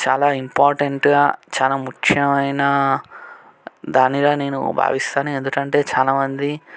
చాలా ఇంపార్టెంట్గా చాలా ముఖ్యమైన దానిగా నేను భావిస్తాను ఎందుకంటే చాలా మంది